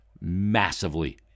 massively